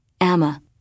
Emma